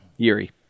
Yuri